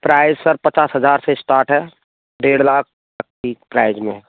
price sir पच्चास हज़ार से स्टार्ट है डेढ़ लाख तक की प्राइज में है